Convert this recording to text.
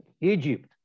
Egypt